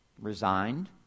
resigned